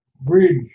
bridge